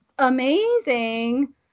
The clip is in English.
amazing